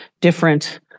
different